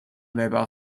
mobile